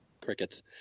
Crickets